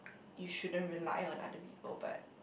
you shouldn't rely on other people but